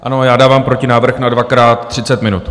Ano, já dávám protinávrh na dvakrát třicet minut.